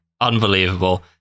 Unbelievable